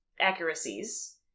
Accuracies